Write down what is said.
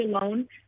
alone